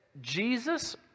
Jesus